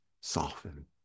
soften